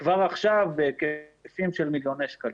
כבר עכשיו בהיקפים של מיליוני שקלים.